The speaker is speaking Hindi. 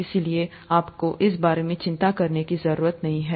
इसलिए आपको इस बारे में चिंता करने की जरूरत नहीं है